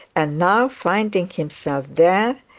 and now, finding himself there,